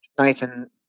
Nathan